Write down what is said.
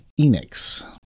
Enix